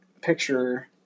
picture